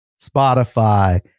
Spotify